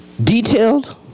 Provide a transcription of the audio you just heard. detailed